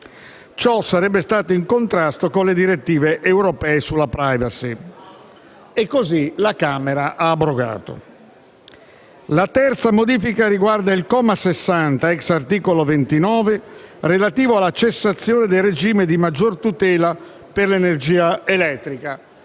Ciò sarebbe stato in contrasto con le direttive europee sulla *privacy* e così la Camera ha abrogato tale disposizione. La terza modifica riguarda il comma 60, *ex* articolo 29, relativo alla cessazione del regime di maggior tutela per l'energia elettrica,